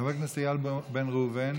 חבר הכנסת איל בן ראובן,